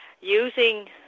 Using